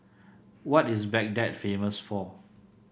what is Baghdad famous for